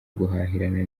guhahirana